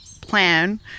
plan